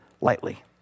lightly